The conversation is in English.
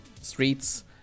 streets